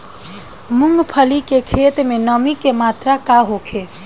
मूँगफली के खेत में नमी के मात्रा का होखे?